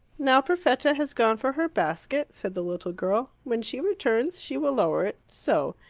now perfetta has gone for her basket, said the little girl. when she returns she will lower it so.